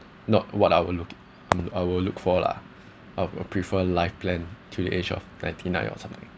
not what I will look it um I will look for lah I would've prefer life plan to the age of ninety nine or something